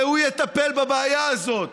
שהוא יטפל בבעיה הזאת.